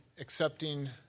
accepting